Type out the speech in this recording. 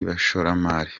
bashoramari